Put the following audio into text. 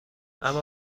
اما